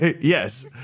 Yes